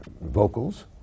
vocals